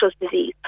disease